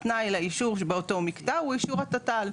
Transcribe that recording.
התנאי לאישור שבאותו מקטע הוא אישור התת"ל,